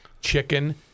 chicken